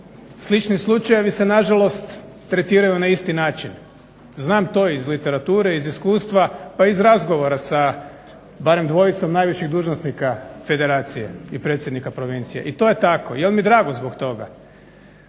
slični slučajevi se nažalost tretiraju na isti način. Znam to iz literature, iz iskustva, pa i iz razgovora barem dvojicom najviših dužnosnika federacije i predsjednika provincije i to je tako. Jel mi drago zbog toga,